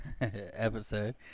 episode